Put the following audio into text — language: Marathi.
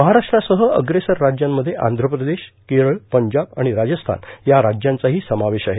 महाराष्ट्रासह अप्रेसर राज्यांमध्ये आंध्रप्रदेश केरळ पंजाब आणि राजस्थान या राज्यांचाही समावेश आहे